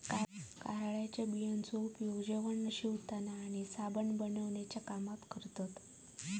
कारळ्याच्या बियांचो उपयोग जेवण शिवताना आणि साबण बनवण्याच्या कामात करतत